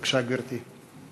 בבקשה, גברתי.